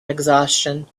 exhaustion